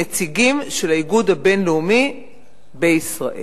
נציגים של האיגוד הבין-לאומי בישראל.